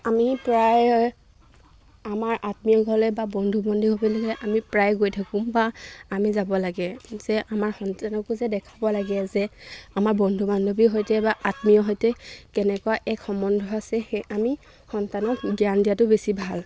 আমি প্ৰায় আমাৰ আত্মীয় ঘৰলৈ বা বন্ধু বান্ধৱ ঘৰলৈ আমি প্ৰায় গৈ থাকো বা আমি যাব লাগে যে আমাৰ সন্তানকো যে দেখাব লাগে যে আমাৰ বন্ধু বান্ধৱীৰ সৈতে বা আত্মীয় সৈতে কেনেকুৱা এক সম্বন্ধ আছে সেই আমি সন্তানক জ্ঞান দিয়াতো বেছি ভাল